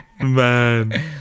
Man